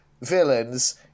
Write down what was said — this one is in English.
villains